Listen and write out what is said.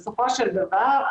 בסופו של דבר,